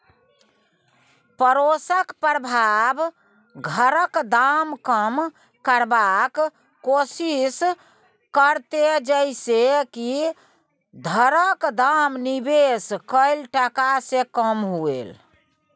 पडोसक प्रभाव घरक दाम कम करबाक कोशिश करते जइसे की घरक दाम निवेश कैल टका से कम हुए